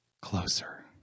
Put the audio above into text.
closer